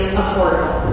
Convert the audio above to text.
affordable